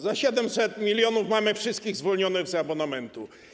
Za 700 mln mamy wszystkich zwolnionych z abonamentu.